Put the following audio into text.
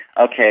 Okay